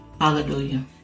Hallelujah